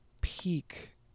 peak